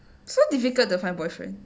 so difficult to find boyfriend